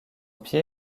pied